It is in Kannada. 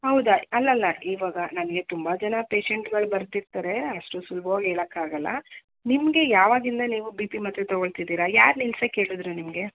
ಹೌದಾ ಅಲ್ಲಲ್ಲ ಇವಾಗ ನನಗೆ ತುಂಬ ಜನ ಪೇಶೆಂಟ್ಗಳು ಬರ್ತಿರ್ತಾರೆ ಅಷ್ಟು ಸುಲಭವಾಗಿ ಹೇಳೋಕಾಗೋಲ್ಲ ನಿಮಗೆ ಯಾವಾಗಿಂದ ನೀವು ಬಿ ಪಿ ಮಾತ್ರೆ ತೊಗೊಳ್ತಿದ್ದೀರಾ ಯಾರು ನಿಲ್ಸೋಕ್ಕೆ ಹೇಳಿದ್ರು ನಿಮಗೆ